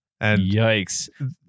Yikes